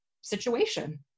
situation